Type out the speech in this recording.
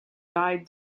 died